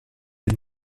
est